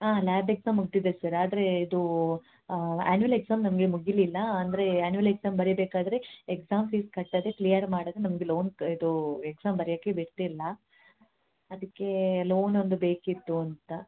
ಹಾಂ lab exam ಮುಗಿದಿದೆ sir ಆದರೆ ಇದು ಆ್ಯನುವಲ್ ಎಕ್ಸಾಮ್ ನಮಗೆ ಮುಗಿಲಿಲ್ಲ ಅಂದರೆ ಆ್ಯನುವಲ್ ಎಕ್ಸಾಮ್ ಬರೀಬೇಕಾದರೆ ಎಕ್ಸಾಮ್ ಫೀಸ್ ಕಟ್ಟದೇ ಕ್ಲಿಯರ್ ಮಾಡದೇ ನಮಗೆ ಲೋನ್ ಇದು ಎಕ್ಸಾಮ್ ಬರೆಯೋಕೆ ಬಿಟ್ಟಿಲ್ಲ ಅದಕ್ಕೆ ಲೋನ್ ಒಂದು ಬೇಕಿತ್ತು ಅಂತ